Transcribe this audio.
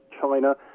China